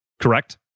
correct